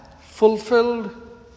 fulfilled